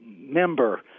member